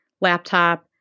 laptop